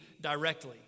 directly